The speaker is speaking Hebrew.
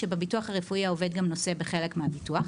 שבביטוח הרפואי העובד גם נושא בחלק מהביטוח.